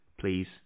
please